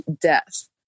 death